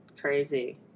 Crazy